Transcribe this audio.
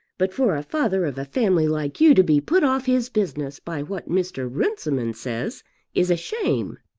but for a father of a family like you to be put off his business by what mr. runciman says is a shame.